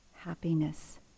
happiness